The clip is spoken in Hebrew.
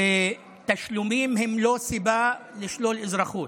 ותשלומים הם לא סיבה לשלול אזרחות.